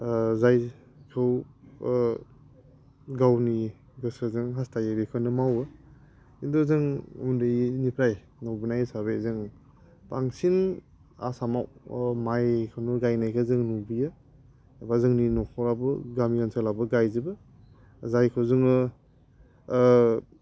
जायखौ गावनि गोसोजों हास्थायो बेखौनो मावो खिन्थु जों उन्दैनिफ्राय नुबोनाय हिसाबै जों बांसिन आसामाव माइखौनो गायनायखौ जों नुयो एबा जोंनि न'खराबो गामि ओनसोलावबो गायजोबो जायखौ जोङो